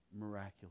miraculous